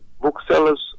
Booksellers